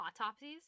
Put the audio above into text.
autopsies